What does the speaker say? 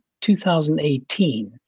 2018